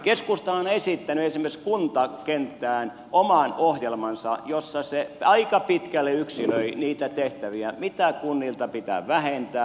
keskusta on esittänyt esimerkiksi kuntakenttään oman ohjelmansa jossa se aika pitkälle yksilöi niitä tehtäviä mitä kunnilta pitää vähentää